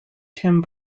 tim